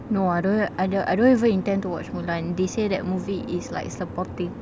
no I don't I don't I don't even intend to watch mulan they say that movie is like supporting